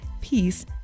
peace